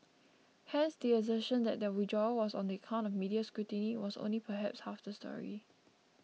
hence the assertion that the withdrawal was on account of media scrutiny only was perhaps half the story